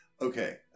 Okay